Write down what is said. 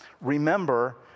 Remember